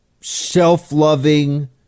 self-loving